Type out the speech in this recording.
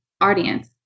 audience